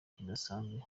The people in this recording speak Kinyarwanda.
kidasanzwe